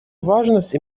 важность